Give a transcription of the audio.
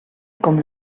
com